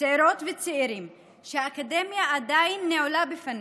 צעירות וצעירים שהאקדמיה עדיין נעולה בפניהם.